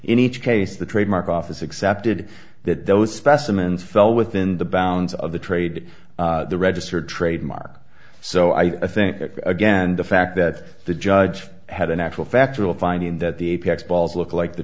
in each case the trademark office accepted that those specimens fell within the bounds of the trade the registered trademark so i think again the fact that the judge had an actual factual finding that the apex balls look like the